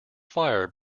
fire